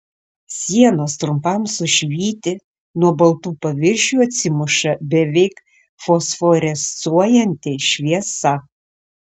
sienos trumpam sušvyti nuo baltų paviršių atsimuša beveik fosforescuojanti šviesa